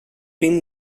vint